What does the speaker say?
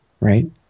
right